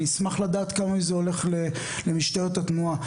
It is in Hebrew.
אני אשמח לדעת כמה זה הולך למשטרת התנועה.